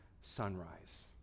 sunrise